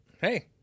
hey